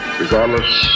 regardless